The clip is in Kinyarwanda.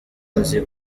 nzi